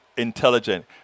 intelligent